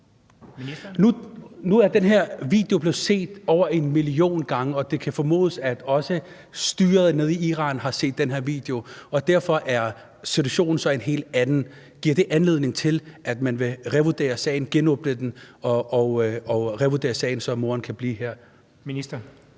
Nu er den her video blevet set over en million gange, og det kan formodes, at også styret nede i Iran har set den her video, og derfor er situationen så en helt anden. Giver det anledning til, at man vil revurdere sagen, genåbne den, så moderen kan blive her? Kl.